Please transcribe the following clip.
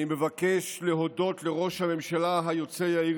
אני מבקש להודות לראש הממשלה היוצא יאיר